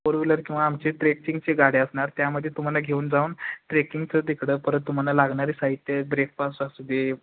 four wheeler किंवा आमची ट्रेकिंगची गाडी असणार त्यामध्ये तुम्हाला घेऊन जाऊ ट्रेकिंगचं तिकडं परत तुम्हाला लागणारे साहित्य ब्रेकफास्ट असू दे